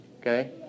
Okay